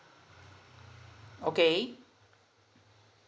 okay